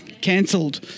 Cancelled